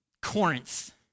Corinth